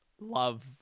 love